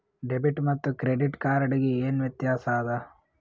Debit ಮತ್ತ credit card ಗೆ ಏನ ವ್ಯತ್ಯಾಸ ಆದ?